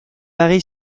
mary